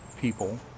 people